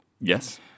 yes